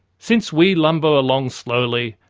since we lumber along slowly,